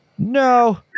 No